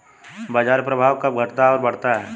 बाजार प्रभाव कब घटता और बढ़ता है?